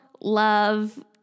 love